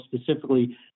specifically